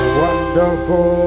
wonderful